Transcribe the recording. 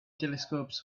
telescopes